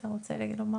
לא.